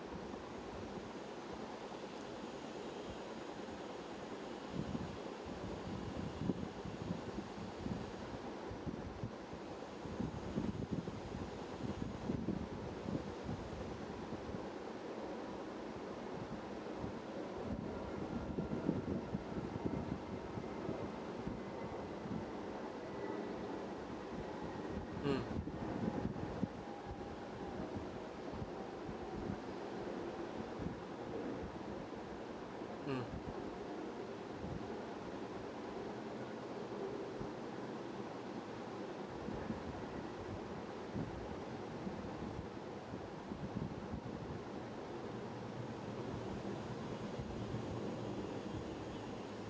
mm mm